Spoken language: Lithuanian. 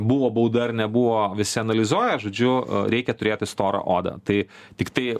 buvo bauda ar nebuvo visi analizuoja žodžiu reikia turėti storą odą tai tiktai